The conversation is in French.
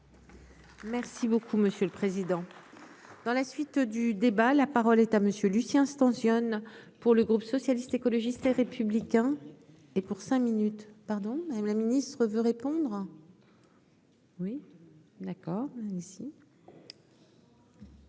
Merci beaucoup monsieur le président, dans la suite. Que du débat, la parole est à monsieur Lucien stationnent pour le groupe socialiste, écologiste et républicain et pour cinq minutes pardon Madame la ministre veut répondre. Oui, d'accord ici.